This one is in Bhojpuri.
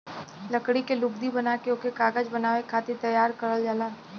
लकड़ी के लुगदी बना के ओके कागज बनावे खातिर तैयार करल जाला